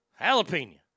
Jalapeno